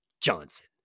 Johnson